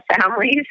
families